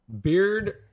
Beard